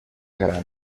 gran